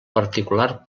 particular